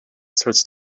starts